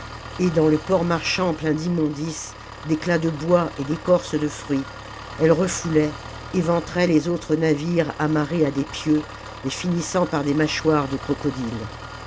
et dans le port marchand plein d'immondices d'éclats de bois et d'écorces de fruits elle refoulait éventrait les autres navires amarrés à des pieux et finissant par des mâchoires de crocodile